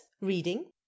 reading